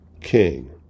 king